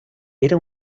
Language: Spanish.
era